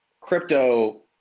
crypto